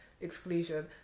exclusion